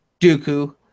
Dooku